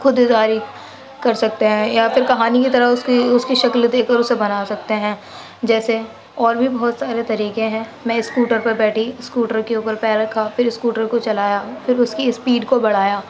خوداظہاری کر سکتے ہیں یا پھر کہانی کی طرح اس کی اس کی شکل دیکھ کر اسے بنا سکتے ہیں جیسے اور بھی بہت سارے طریقے ہیں میں اسکوٹر پر بیٹھی اسکوٹر کے اوپر پیر رکھا پھر اسکوٹر کو چلایا پھر اس کی اسپیڈ کو بڑھایا